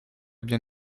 bien